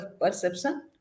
perception